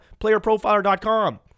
playerprofiler.com